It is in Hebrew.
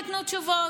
תיתנו תשובות.